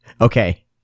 okay